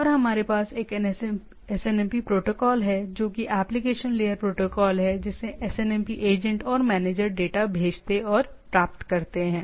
और हमारे पास एक एसएनएमपी प्रोटोकॉल है जो कि एप्लीकेशन लेयर प्रोटोकॉल है जिसे एसएनएमपी एजेंट और मैनेजर डेटा भेजते और प्राप्त करते हैं